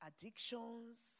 addictions